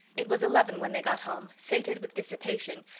it was eleven when they got home, sated with dissipation,